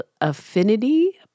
Affinity